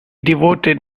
devoted